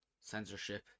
censorship